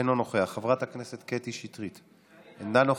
אינו נוכח, חברת הכנסת קטי שטרית, אינה נוכחת.